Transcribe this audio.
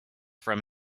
from